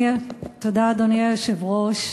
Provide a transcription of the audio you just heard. אדוני היושב-ראש,